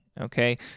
Okay